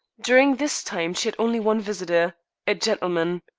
during this time she had only one visitor a gentleman.